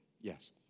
Yes